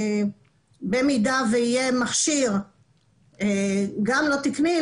במידה ויהיה מכשיר גם לא תקני,